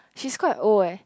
she's quite old eh